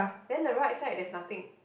then the right side there's nothing